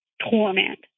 torment